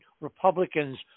Republicans